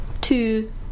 two